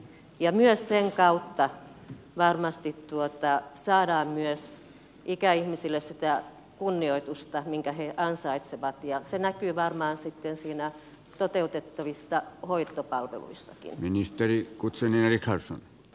ja sen kautta varmasti saadaan myös ikäihmisille sitä kunnioitusta minkä he ansaitsevat ja se näkyy varmaan sitten niissä toteutettavissa hoitopalveluissakin